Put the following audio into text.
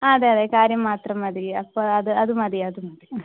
ആ അതെ അതെ കാര്യം മാത്രം മതി അപ്പോൾ അത് അത് മതി അത് മതി